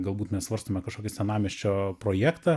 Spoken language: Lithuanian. galbūt mes svarstome kažkokį senamiesčio projektą